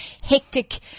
hectic